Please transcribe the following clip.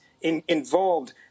involved